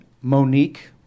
Monique